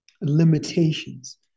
limitations